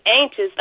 anxious